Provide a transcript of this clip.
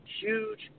huge –